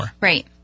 Right